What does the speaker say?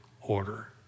order